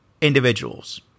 individuals